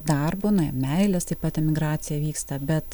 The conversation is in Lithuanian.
darbo na i meilės taip pat emigracija vyksta bet